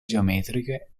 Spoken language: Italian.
geometriche